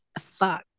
fuck